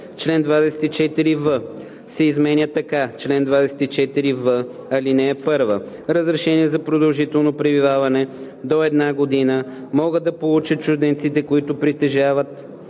Член 24в се изменя така: „Чл. 24в. (1) Разрешение за продължително пребиваване до една година могат да получат чужденците, които притежават